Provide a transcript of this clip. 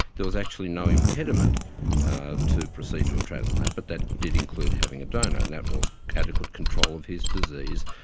there was actually no impediment to proceed to a transplant, but that did include having a donor and that was adequate control of his disease,